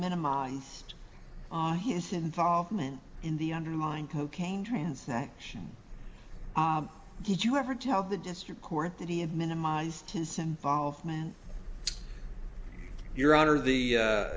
minimize his involvement in the undermined cocaine transaction he did you ever tell the district court that he had minimized his involvement your honor the